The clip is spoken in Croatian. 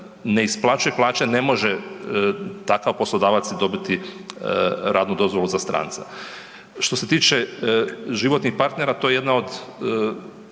ne isplaćuje plaće ne može takav poslodavac dobiti radnu dozvolu za stranca. Što se tiče životnih partnera to je jedna od